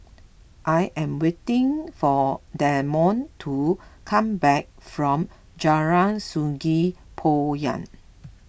I am waiting for Damon to come back from Jalan Sungei Poyan